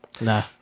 nah